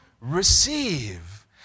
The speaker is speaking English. receive